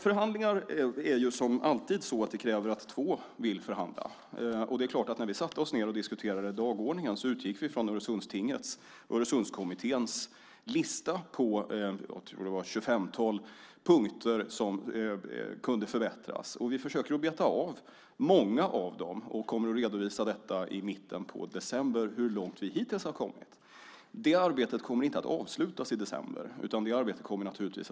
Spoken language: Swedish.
Förhandlingar innebär alltid att det krävs två som vill förhandla. När vi satte oss ned och diskuterade dagordningen utgick vi naturligtvis från Öresundskommitténs lista på jag tror att det var ett 25-tal punkter som kunde förbättras. Vi försöker beta av dem och kommer i mitten av december att redovisa hur långt vi hittills kommit. Det arbetet kommer inte att avslutas i december, utan det fortsätter givetvis.